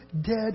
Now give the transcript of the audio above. dead